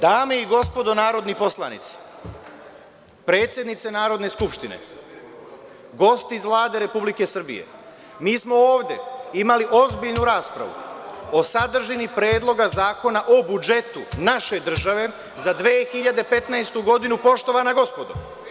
Dame i gospodo narodni poslanici, predsednice Narodne skupštine, gosti iz Vlade Republike Srbije, mi smo ovde imali ozbiljnu raspravu o sadržini Predloga zakona o budžetu naše države za 2015. godinu, poštovana gospodo.